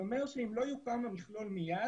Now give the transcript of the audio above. זה אומר שאם לא יוקם המכלול מיד,